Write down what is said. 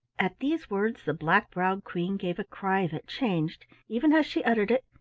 at these words the black-browed queen gave a cry that changed, even as she uttered it,